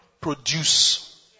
produce